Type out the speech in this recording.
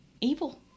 evil